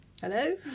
Hello